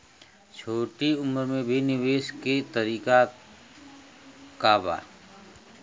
छोटी उम्र में भी निवेश के तरीका क बा?